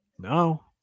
No